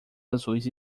azuis